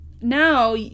Now